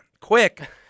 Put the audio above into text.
quick